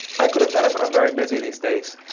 i could have done it, but i'm very busy these days.